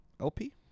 LP